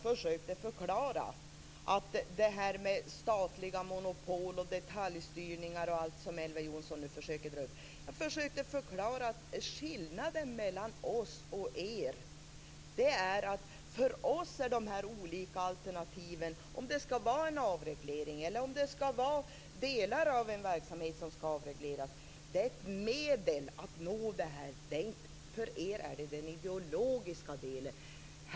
Beträffande statliga monopol och detaljstyrningar som Elver Jonsson drar upp, försökte jag förklara att skillnaden mellan oss och er är att för oss är dessa olika alternativ, om det skall vara en avreglering eller om delar av en verksamhet skall avregleras, ett medel att nå detta. För er är det den ideologiska delen.